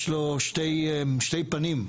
יש לו שתי פנים,